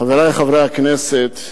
חברי חברי הכנסת,